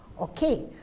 Okay